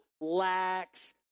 lacks